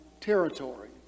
territory